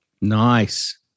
Nice